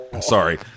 Sorry